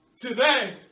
today